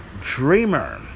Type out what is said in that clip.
Dreamer